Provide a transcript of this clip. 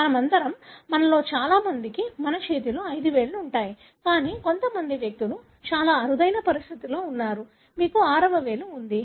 మనమందరం మనలో చాలా మందికి మన చేతిలో ఐదు వేళ్లు ఉన్నాయి కానీ కొంతమంది వ్యక్తులు చాలా అరుదైన పరిస్థితిలో ఉన్నారు మీకు ఆరవ వేలు ఉంది